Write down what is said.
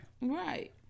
Right